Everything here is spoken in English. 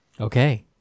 Okay